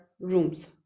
rooms